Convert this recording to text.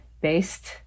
based